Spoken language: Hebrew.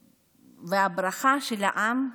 והברכה של העם,